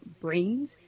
brains